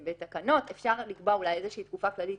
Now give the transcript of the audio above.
בתקנות, אפשר לקבוע אולי איזה תקופה כללית